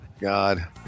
god